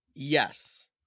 Yes